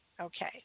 Okay